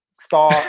star